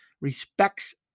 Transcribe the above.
respects